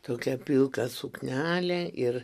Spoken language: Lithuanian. tokią pilką suknelę ir